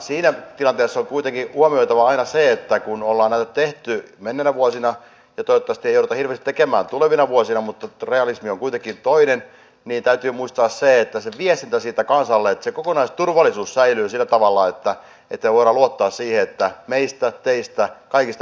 siinä tilanteessa kuitenkin huomioitava aina se että kun ollaan näitä tehty menneinä vuosina ja toivottavasti ei jouduta hirveästi tekemään tulevina vuosina mutta realismi on kuitenkin toinen täytyy muistaa se viestintä siitä kansalle että se kokonaisturvallisuus säilyy sillä tavalla että me voimme luottaa siihen että meistä teistä kaikista meistä pidetään huolta